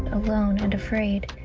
alone and afraid.